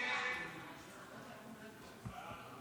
הסתייגות 2 לא נתקבלה.